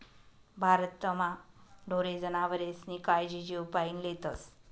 भारतमा ढोरे जनावरेस्नी कायजी जीवपाईन लेतस